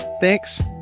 Thanks